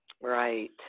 Right